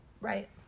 Right